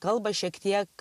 kalbą šiek tiek